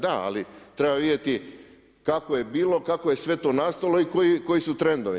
Da ali treba vidjeti kako je bilo, kako je sve to nastalo i koji su trendovi.